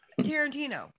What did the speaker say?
Tarantino